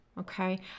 Okay